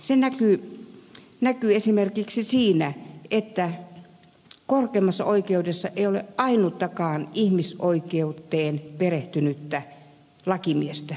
se näkyy esimerkiksi siinä että korkeimmassa oikeudessa ei ole ainuttakaan ihmisoikeuteen perehtynyttä lakimiestä juristia